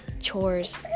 Chores